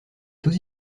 taux